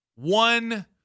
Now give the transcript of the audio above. One